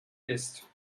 ist